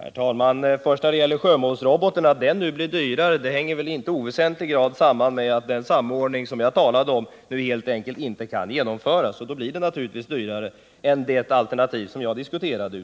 Herr talman! När det först gäller sjömålsroboten vill jag säga, att det förhållandet att den nu blir dyrare väl i inte oväsentlig grad hänger samman med att den samordning som jag talade om helt enkelt inte kan genomföras. Då blir det naturligtvis dyrare än i det alternativ som jag diskuterade.